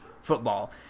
football